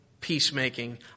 peacemaking